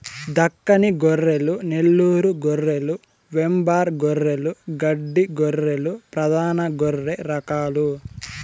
దక్కని గొర్రెలు, నెల్లూరు గొర్రెలు, వెంబార్ గొర్రెలు, గడ్డి గొర్రెలు ప్రధాన గొర్రె రకాలు